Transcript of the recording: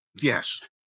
Yes